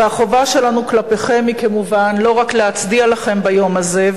והחובה שלנו כלפיכם היא כמובן לא רק להצדיע לכם ביום הזה,